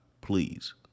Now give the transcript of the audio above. please